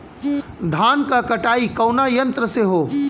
धान क कटाई कउना यंत्र से हो?